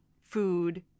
food